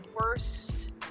worst